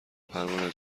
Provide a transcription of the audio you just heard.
پروانه